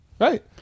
Right